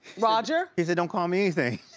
roger? he said don't call me anything.